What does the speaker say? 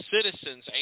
citizens